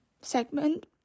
segment